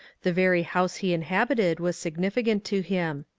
the very house he inhab ited was significant to him.